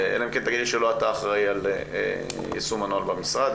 אלא אם כן תגיד לי שלא אתה אחראי על יישום הנוהל במשרד.